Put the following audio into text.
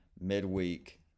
midweek